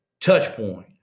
Touchpoint